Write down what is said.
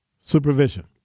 supervision